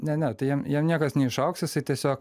ne ne tai jam jam niekas neišaugs jisai tiesiog